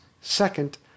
Second